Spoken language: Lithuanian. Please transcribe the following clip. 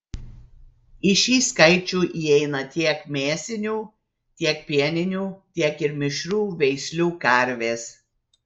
į šį skaičių įeina tiek mėsinių tiek pieninių tiek ir mišrių veislių karvės